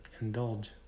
indulge